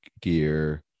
gear